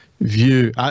view